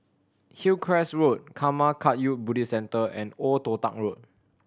Hillcrest Road Karma Kagyud Buddhist Centre and Old Toh Tuck Road